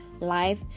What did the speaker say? life